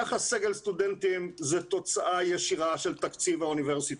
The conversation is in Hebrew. יחס סגל-סטודנטים זה תוצאה ישירה של תקציב האוניברסיטה,